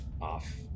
off